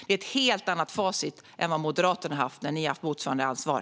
Det är ett helt annat facit än vad Moderaterna har haft när ni har haft motsvarande ansvar.